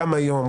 גם היום,